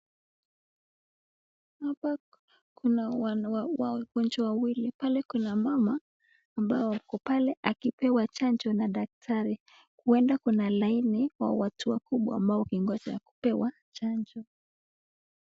Hapa kuna wagonjwa wawili. Pale kuna mama ambaye yuko pale akipewa chanjo na daktari. Kuenda kuna laini ya watu wakubwa ambao wangoja kupewa chanjo.